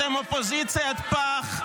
--- אתם אופוזיציית פח,